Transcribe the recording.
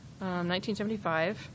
1975